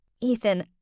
Ethan